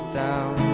down